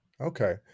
Okay